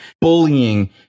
bullying